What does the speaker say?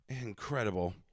incredible